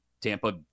Tampa